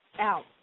out